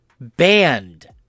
banned